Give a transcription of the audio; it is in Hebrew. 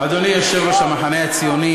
אדוני יושב-ראש המחנה הציוני,